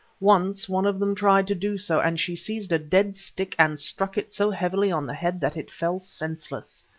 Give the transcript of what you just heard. once one of them tried to do so, and she seized a dead stick and struck it so heavily on the head that it fell senseless.